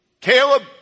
Caleb